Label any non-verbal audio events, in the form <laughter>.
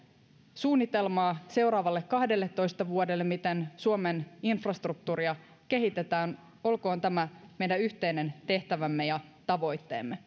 suunnitelmaa seuraavalle kahdelletoista vuodelle miten suomen infrastruktuuria kehitetään olkoon tämä meidän yhteinen tehtävämme ja tavoitteemme <unintelligible>